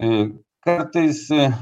į kartais